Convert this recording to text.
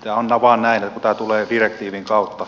tämä on vain näin että tämä tulee direktiivin kautta